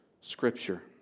Scripture